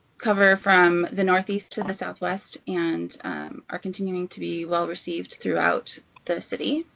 cover from the northeast to the southwest and are continuing to be well received throughout the city.